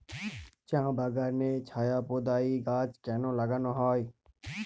চা বাগানে ছায়া প্রদায়ী গাছ কেন লাগানো হয়?